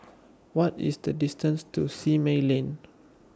What IS The distance to Simei Lane